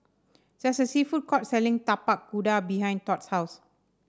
there's a sea food court selling Tapak Kuda behind Todd's house